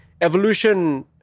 Evolution